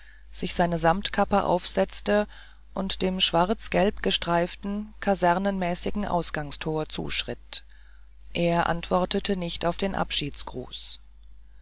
sich seine samtkappe aufsetzte und dem schwarz gelb gestreiften kasernenmäßigen ausgangstor zuschritt er antwortete nicht auf den abschiedsgruß